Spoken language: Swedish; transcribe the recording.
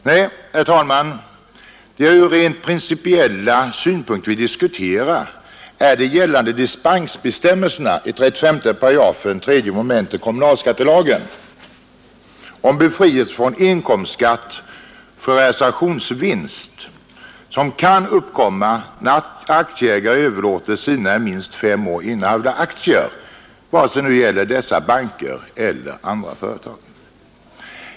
Nej, herr talman, det jag ur rent principiella synpunkter vill diskutera är de gällande dispensbestämmelserna i 35 § 3 mom. kommunalskattelagen om befrielse från inkomstskatt för realisationsvinst, som kan uppkomma när aktieägare överlåter sina i minst fem år innehavda aktier vare sig det gäller banker eller andra aktiebolag.